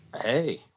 hey